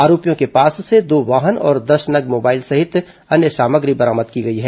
आरोपियों के पास से दो वाहन और दस नग मोबाइल सहित अन्य सामग्री बरामद की गई है